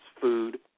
food